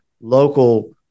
local